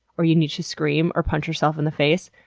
or you need to scream or punch yourself in the face,